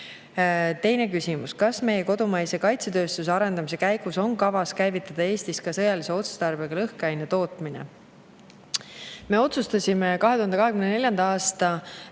küsimus: "Kas meie kodumaise kaitsetööstuse arendamise käigus on kavas käivitada Eestis ka sõjalise otstarbega lõhkeaine tootmine?" Me otsustasime 2024. aasta